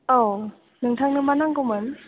औ नोंथांनो मा नांगौमोन